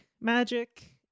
magic